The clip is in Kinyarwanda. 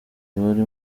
abari